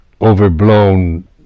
overblown